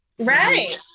Right